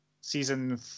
season